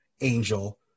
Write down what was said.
Angel